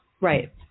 Right